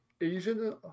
Asian